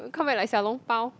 we come back like Xiao-Long-Bao